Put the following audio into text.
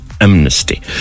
amnesty